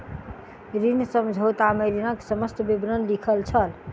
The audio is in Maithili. ऋण समझौता में ऋणक समस्त विवरण लिखल छल